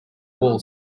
wall